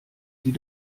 sie